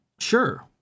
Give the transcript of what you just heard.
Sure